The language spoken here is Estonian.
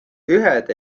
ühed